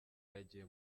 yagiye